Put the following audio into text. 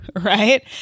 Right